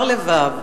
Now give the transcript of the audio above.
בר לבב,